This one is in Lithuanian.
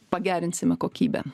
pagerinsime kokybę